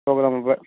program அப்போ